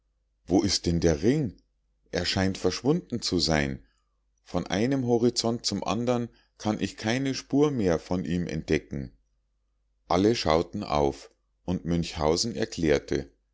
wo ist denn der ring er scheint verschwunden zu sein von einem horizont zum andern kann ich keine spur mehr von ihm entdecken alle schauten auf und münchhausen erklärte